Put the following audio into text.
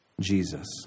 Jesus